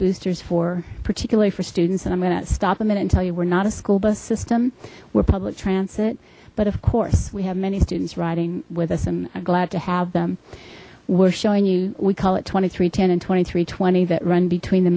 boosters for particularly for students and i'm going to stop them in and tell you we're not a school bus system we're public transit but of course we have many students riding with us and glad to have them we're showing you we call it twenty three ten and twenty three twenty that run between the